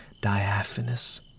diaphanous